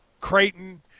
Creighton